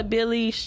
Billy